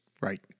Right